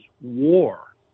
war